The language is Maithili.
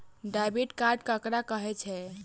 डेबिट कार्ड ककरा कहै छै?